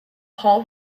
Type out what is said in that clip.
hall